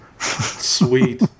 Sweet